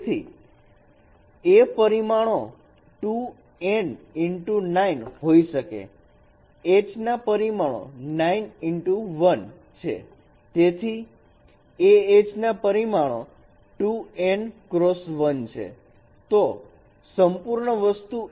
તેથી A ના પરિમાણો 2n x 9 હોઈ શકે h ના પરિમાણો 9 x 1 છે તેથી Ah ના પરિમાણો 2n x 1 છે તો સંપૂર્ણ વસ્તુ એ 2n x 1 છે